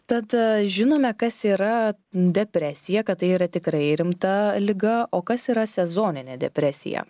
tad žinome kas yra depresija kad tai yra tikrai rimta liga o kas yra sezoninė depresija